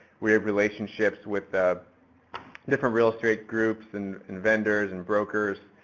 we have relationships with ah different real estate groups and and vendors and brokers.